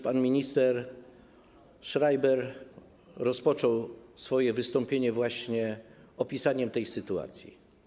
Pan minister Schreiber rozpoczął swoje wystąpienie właśnie opisem tej sytuacji.